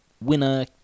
winner